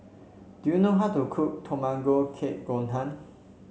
do you know how to cook Tamago Kake Gohan